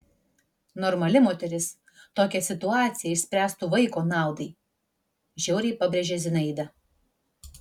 normali moteris tokią situaciją išspręstų vaiko naudai žiauriai pabrėžė zinaida